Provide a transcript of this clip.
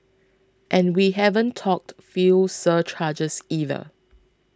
and we haven't talked fuel surcharges either